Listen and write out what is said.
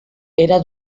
era